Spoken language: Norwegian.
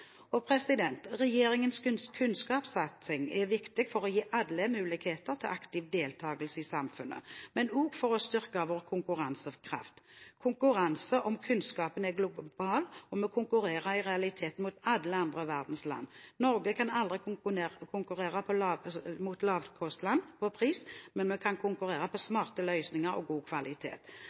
Regjeringens kunnskapssatsing er viktig for å gi alle muligheter til aktiv deltagelse i samfunnet, men også for å styrke vår konkurransekraft. Konkurransen om kunnskapen er global, og vi konkurrerer i realiteten mot alle andre verdens land. Norge kan aldri konkurrere mot lavkostland på pris, men vi kan konkurrere på smarte løsninger og god kvalitet.